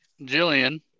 jillian